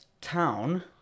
town